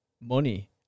Money